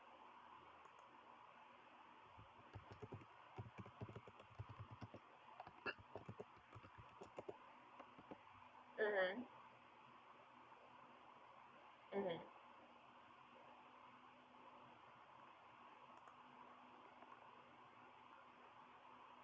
mmhmm mmhmm